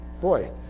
Boy